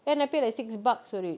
then I paid like six bucks for it